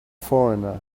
foreigner